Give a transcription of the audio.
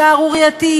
שערורייתי,